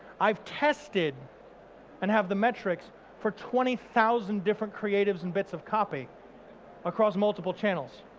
i've tested and have the metrics for twenty thousand different creatives and bits of copy across multiple channels.